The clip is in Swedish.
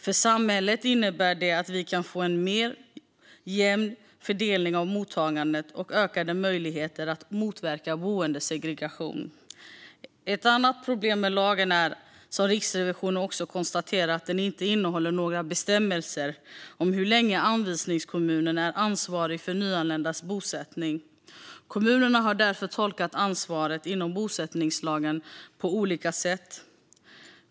För samhället innebär det att vi kan få en mer jämn fördelning av mottagandet och ökade möjligheter att motverka boendesegregation. Ett annat problem med lagen är, som Riksrevisionen också konstaterar, att den inte innehåller några bestämmelser om hur länge anvisningskommunen är ansvarig för nyanländas bosättning. Kommunerna har därför tolkat ansvaret inom bosättningslagen på olika sätt.